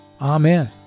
Amen